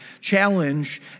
challenge